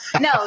no